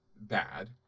bad